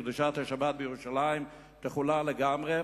וקדושת השבת בירושלים תחולל לגמרי,